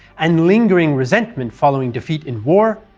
and lingering resentment following defeat in war,